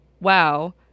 wow